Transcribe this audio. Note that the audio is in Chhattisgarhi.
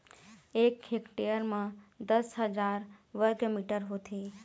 एक हेक्टेयर म दस हजार वर्ग मीटर होथे